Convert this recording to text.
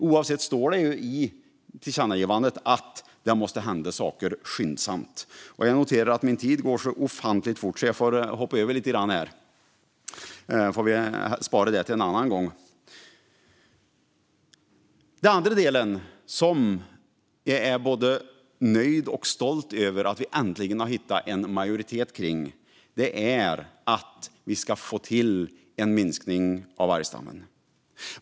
Oavsett vilket står det i tillkännagivandet att det måste hända saker skyndsamt. Jag noterar att min tid går så ofantligt fort att jag får hoppa över lite grann; vi får spara det till en annan gång. Något annat som jag är både nöjd och stolt över att vi äntligen har hittat en majoritet kring är att få till en minskning av vargstammen.